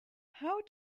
how